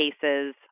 cases